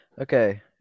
Okay